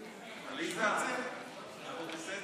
מערכת הביטחון והמשרד לביטחון הפנים) (הוראת שעה),